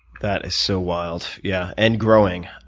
that is so wild. yeah, and growing,